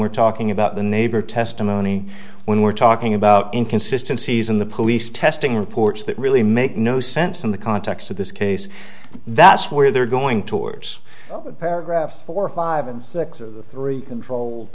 we're talking about the neighbor testimony when we're talking about inconsistency as in the police testing reports that really make no sense in the context of this case that's where they're going towards paragraph four five and three control